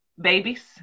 babies